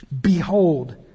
Behold